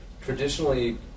traditionally